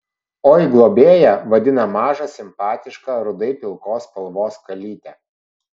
oi globėja vadina mažą simpatišką rudai pilkos spalvos kalytę